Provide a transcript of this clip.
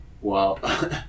Wow